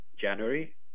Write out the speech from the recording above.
January